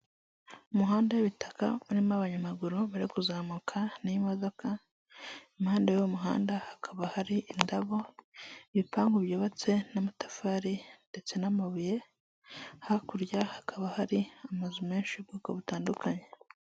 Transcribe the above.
Umuhanda w'ibitaka urimo abanyamaguru bari kuzamuka n'imodoka, impande y'uwo muhanda hakaba hari indabo, ibipangu byubatse n'amatafari ndetse n'amabuye, hakurya hakaba hari amazu menshi y'ubwoko butandukanye.